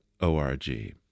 ORG